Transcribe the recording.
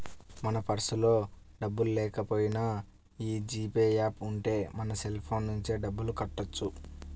మన పర్సులో డబ్బుల్లేకపోయినా యీ జీ పే యాప్ ఉంటే మన సెల్ ఫోన్ నుంచే డబ్బులు కట్టొచ్చు